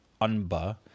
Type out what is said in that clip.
Unba